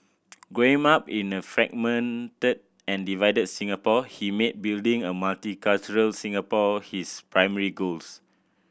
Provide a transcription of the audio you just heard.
growing up in a fragmented and divided Singapore he made building a multicultural Singapore his primary goals